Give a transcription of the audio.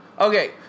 Okay